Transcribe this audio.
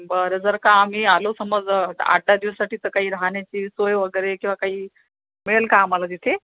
बरं जर का आम्ही आलो समज जर आठ दहा दिवसासाठी तर काही राहण्याची सोय वगैरे किंवा काही मिळेल का आम्हाला तिथे